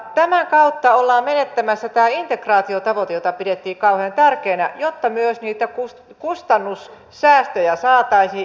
tämän kautta ollaan menettämässä tämä integraatiotavoite jota pidettiin kauhean tärkeänä jotta myös niitä kustannussäästöjä saataisiin ja myös vaikuttavuutta